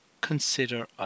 consider